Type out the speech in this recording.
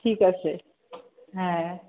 ঠিক আছে হ্যাঁ